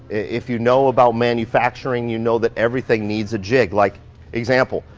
if you know about manufacturing you know that everything needs a jig, like example.